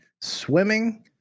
swimming